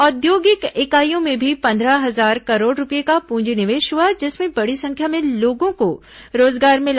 औद्योगिक इकाईयों में भी पन्द्रह हजार करोड़ रूपए का पूंजी निवेश हुआ जिसमें बड़ी संख्या में लोगों को रोजगार मिला